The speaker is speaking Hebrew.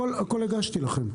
הכול הגשתי לכם.